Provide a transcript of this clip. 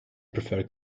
prefer